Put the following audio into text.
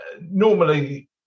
normally